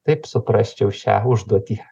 taip suprasčiau šią užduotį